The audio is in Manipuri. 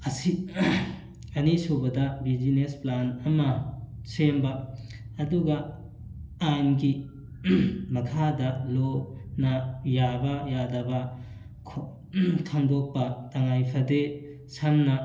ꯑꯁꯤ ꯑꯅꯤ ꯁꯨꯕꯗ ꯕꯤꯖꯤꯅꯦꯁ ꯄ꯭ꯂꯥꯟ ꯑꯃ ꯁꯦꯝꯕ ꯑꯗꯨꯒ ꯄ꯭ꯂꯥꯟꯒꯤ ꯃꯈꯥꯗ ꯂꯣꯅ ꯌꯥꯕ ꯌꯥꯗꯕ ꯈꯪꯗꯣꯛꯄ ꯇꯥꯉꯥꯏ ꯐꯗꯦ ꯁꯝꯅ